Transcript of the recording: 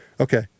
Okay